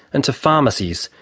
and to pharmacies,